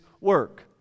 work